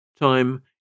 Time